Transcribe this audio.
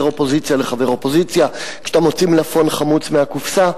אופוזיציה לחבר אופוזיציה: כשאתה מוציא מלפפון חמוץ מהקופסה,